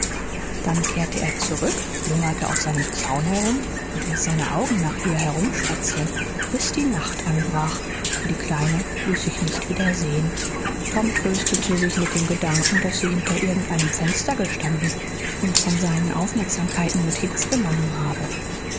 dann kehrte er zurück lungerte auf seinem zaun herum und ließ seine augen nach ihr herumspazieren bis die nacht anbrach aber die kleine ließ sich nicht wieder sehen tom tröstete sich mit dem gedanken daß sie hinter irgend einem fenster gestanden und von seinen aufmerksamkeiten notiz genommen habe